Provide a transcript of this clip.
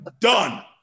done